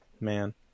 man